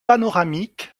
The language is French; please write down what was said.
panoramique